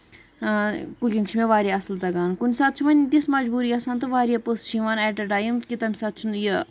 cooking چھِ مےٚ واریاہ اَصٕل تَگان کُنہِ ساتہٕ چھِ وۄنۍ تِژھ مَجبوٗرِ آسان تہٕ واریاہ پٔژھ چھِ یِوان ایٹ اےٚ ٹایم کہِ تَمہِ ساتہٕ چھُنہٕ یہِ